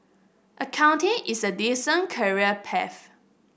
accounting is a decent career path